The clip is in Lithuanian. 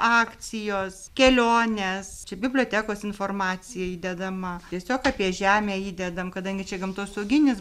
akcijos kelionės čia bibliotekos informacija įdedama tiesiog apie žemę įdedam kadangi čia gamtosauginis